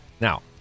Now